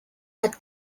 but